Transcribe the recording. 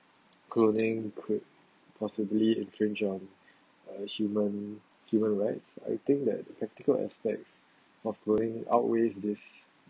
cloning could possibly infringe on human human rights I think that ethical aspects offering outweighs this